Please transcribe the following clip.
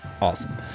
awesome